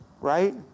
Right